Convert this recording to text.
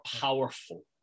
powerful